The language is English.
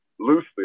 Loosely